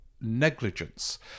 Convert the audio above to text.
negligence